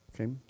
Okay